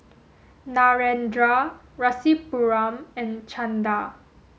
Narendra Rasipuram and Chanda